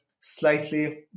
slightly